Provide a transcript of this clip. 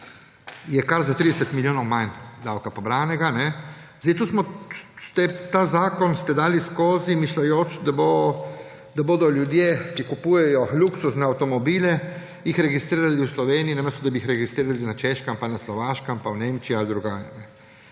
je kar za 30 milijonov manj davka pobranega. To smo/ste, ta zakon ste dali skozi, misleč, da bodo ljudje, ki kupujejo luksuzne avtomobile, jih registrirali v Sloveniji, namesto da bi jih registrirali na Češkem ali na Slovaškem, pa v Nemčiji ali drugje.